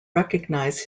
recognize